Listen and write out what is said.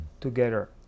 together